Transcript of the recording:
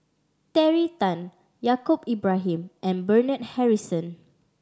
Terry Tan Yaacob Ibrahim and Bernard Harrison